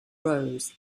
rows